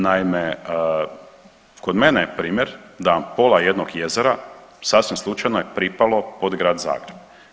Naime, kod mene je primjer da pola jednog jezera sasvim slučajno je pripalo pod Grad Zagreb.